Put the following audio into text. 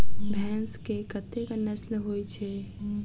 भैंस केँ कतेक नस्ल होइ छै?